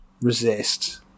Resist